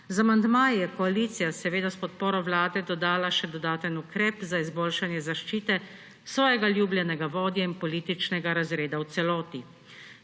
Z amandmaji je koalicija s podporo vlade dodala še dodaten ukrep za izboljšanje zaščite svojega ljubljenega vodje in političnega razreda v celoti